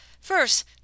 First